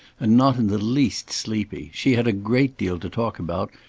and not in the least sleepy she had a great deal to talk about,